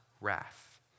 wrath